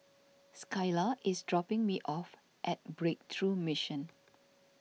Skyla is dropping me off at Breakthrough Mission